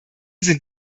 sind